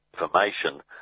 information